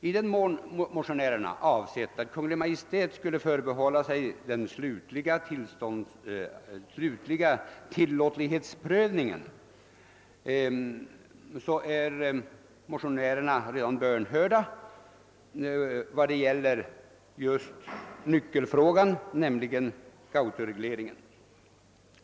I den mån motionärerna avsett att Kungl. Maj:t skulle förbehålla sig den slutliga tillåtlighetsprövningen är de redan bönhörda när det gäller nyckelfrågan, nämligen Gautoregleringen.